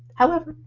however,